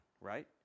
right